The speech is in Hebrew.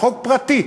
חוק פרטי.